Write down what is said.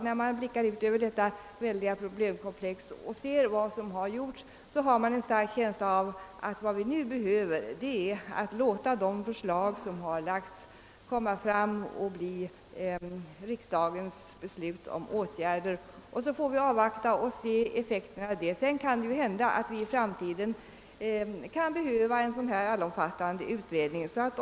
När man blickar ut över hela problemkomplexet och ser vad som har gjorts tycker jag man får en känsla av att vad vi nu bör göra är att låta de förslag som har kommit fram leda till beslut i riksdagen om åtgärder och att vi sedan bör avvakta effekten av dem. Sedan kan det hända att vi i framtiden behöver göra en mer allomfattande utredning.